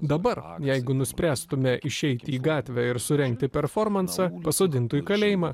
dabar jeigu nuspręstume išeiti į gatvę ir surengti performansą pasodintų į kalėjimą